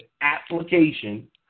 application